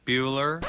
Bueller